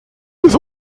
ist